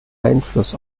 einfluss